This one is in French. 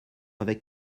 avec